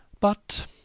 But—